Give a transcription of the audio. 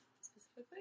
specifically